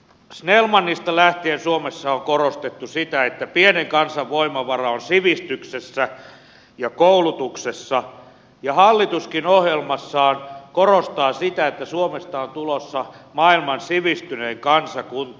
snellmanista lähtien suomessa on korostettu sitä että pienen kansan voimavara on sivistyksessä ja koulutuksessa ja hallituskin ohjelmassaan korostaa sitä että suomesta on tulossa maailman sivistynein kansakunta